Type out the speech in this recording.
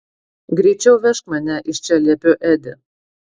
greičiau vežk mane iš čia liepiu edi